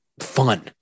fun